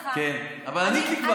אבל ענית לי כבר.